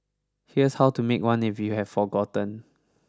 here's how to make one if you have forgotten